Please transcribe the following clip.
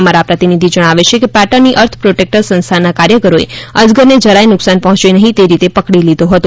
અમારા પ્રતિનિધિ જણાવે છે કે પાટણની અર્થ પ્રોટેક્ટર સંસ્થાના કાર્યકરોએ અજગરને જરાય નુકસાન પહોંચે નહીં તે રીતે પકડી લીધો હતો